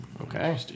Okay